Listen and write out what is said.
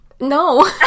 No